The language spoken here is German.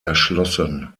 erschlossen